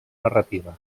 narrativa